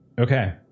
Okay